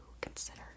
consider